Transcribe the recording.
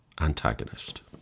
antagonist